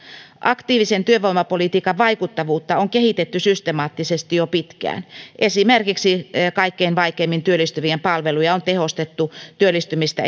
aktiivisen työvoimapolitiikan vaikuttavuutta on kehitetty systemaattisesti jo pitkään esimerkiksi kaikkein vaikeimmin työllistyvien palveluja on tehostettu työllistymistä